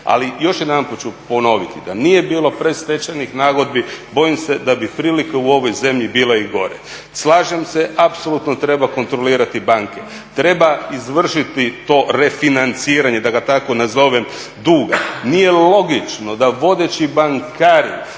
Ali još jedanput ću ponoviti, da nije bilo predstečajnih nagodbi bojim se da bi prilike u ovoj zemlji bili i gore. Slažem se, apsolutno treba kontrolirati banke, treba izvršiti to refinanciranje da ga tako nazovem duga, nije logično da vodeći bankari